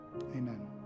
Amen